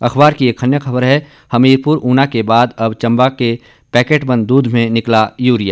अखबार की एक अन्य खबर है हमीरपुर ऊना के बाद अब चंबा के पैकेट दूध बंद दूध में निकला यूरिया